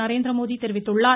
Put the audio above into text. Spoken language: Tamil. நரேந்திரமோடி தெரிவித்துள்ளார்